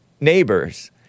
neighbors